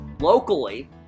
Locally